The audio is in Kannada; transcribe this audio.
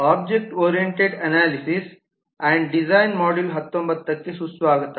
object oriented analysis and design module 19 ಗೆ ಸುಸ್ವಾಗತ